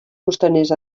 costaners